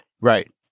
Right